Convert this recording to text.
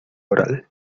oral